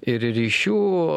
ir ryšių